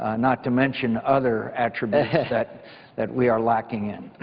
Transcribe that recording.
ah not to mention other attributes that that we are lacking in.